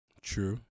True